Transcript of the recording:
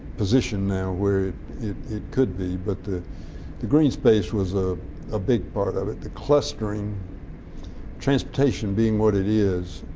position now where it it could be, but the the green space was a ah big part of it. the clustering transportation being what it is,